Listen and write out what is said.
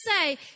say